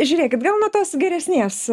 žiūrėkit gal nuo tos geresnės